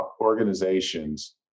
organizations